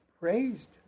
praised